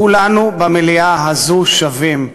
כולנו במליאה הזאת שווים.